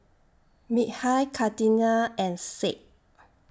Mikhail Kartini and Said